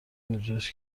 اونجاست